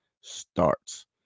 starts